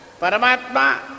Paramatma